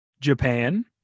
Japan